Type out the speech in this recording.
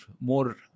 more